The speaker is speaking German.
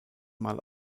mal